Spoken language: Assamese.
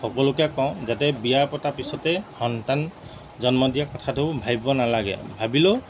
সকলোকে কওঁ যাতে বিয়া পতা পিছতে সন্তান জন্ম দিয়া কথাটো ভাবিব নালাগে ভাবিলেও